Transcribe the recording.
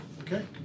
Okay